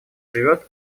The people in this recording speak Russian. живет